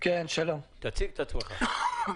תציג את עצמך.